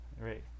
Right